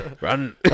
run